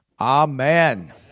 Amen